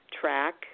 track